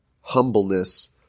humbleness